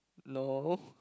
no